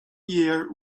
year